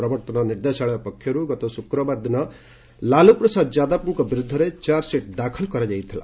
ପ୍ରବର୍ତ୍ତନ ନିର୍ଦ୍ଦେଶାଳୟ ପକ୍ଷରୁ ଗତ ଶୁକ୍ରବାର ଦିନ ଲାଲୁପ୍ରସାଦ ଯାଦବଙ୍କ ବିରୁଦ୍ଧରେ ଚାର୍ଚ୍ଚସିଟ୍ ଦାଖଲ କରାଯାଇଥିଲା